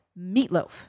Meatloaf